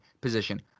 position